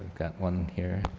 got one here.